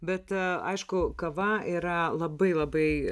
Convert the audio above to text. bet aišku kava yra labai labai